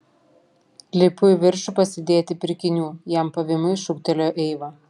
lipu į viršų pasidėti pirkinių jam pavymui šūktelėjo eiva